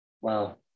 Wow